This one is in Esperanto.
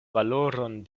valoron